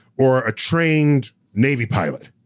or a trained navy pilot,